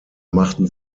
machten